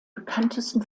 bekanntesten